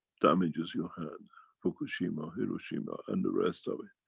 damages your hand fukushima, hiroshima, and the rest of it.